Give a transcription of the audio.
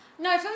No